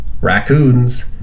raccoons